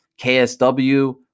KSW